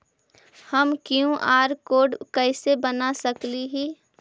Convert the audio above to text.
हम QR code कैसे बना सकली ही?